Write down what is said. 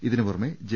ഇതിന് പുറമെ ജെ